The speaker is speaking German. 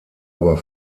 aber